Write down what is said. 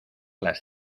las